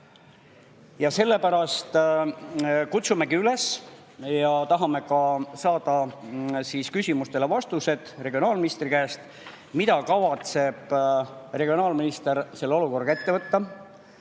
Sellepärast kutsumegi üles ja tahame saada küsimustele vastused regionaalministri käest. Mida kavatseb regionaalminister selle olukorraga ette võtta?